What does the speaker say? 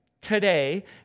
today